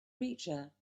creature